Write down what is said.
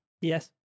Yes